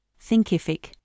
thinkific